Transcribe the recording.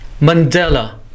Mandela